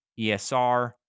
ESR